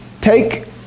take